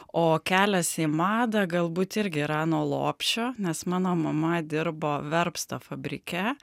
o kelias į madą galbūt irgi yra nuo lopšio nes mano mama dirbo verpsto fabrike